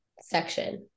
section